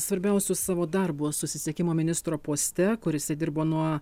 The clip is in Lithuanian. svarbiausius savo darbo susisiekimo ministro poste kur jisai dirbo nuo